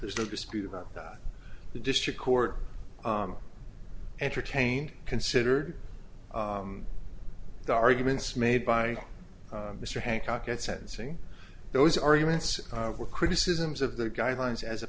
there's no dispute about that the district court entertained considered the arguments made by mr hancock at sentencing those arguments were criticisms of the guidelines as a